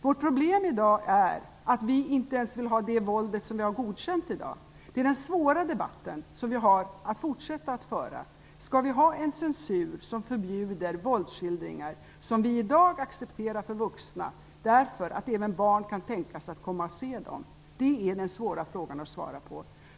Vårt problem i dag är att vi inte ens vill ha det våld som vi har godkänt. Det är den svåra debatt som vi har att fortsätta föra: Skall vi ha en censur som förbjuder våldsskildringar som vi i dag accepterar för vuxna, därför att även barn kan tänkas komma att se dem? Det är den svåra frågan att svara på.